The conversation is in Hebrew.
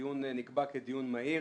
הדיון נקבע כדיון מהיר.